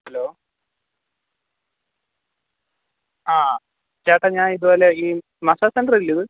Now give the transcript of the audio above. hello ആ ചേട്ടാ ഞാൻ ഇതുപോലെ ഈ മസ്സാജ് സെൻറർ അല്ലേ ഇത്